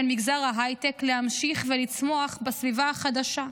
מגזר ההייטק להמשיך ולצמוח בסביבה החדשה.